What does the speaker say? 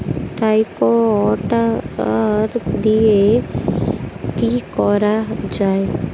Tractor দিয়ে কি করা যায়?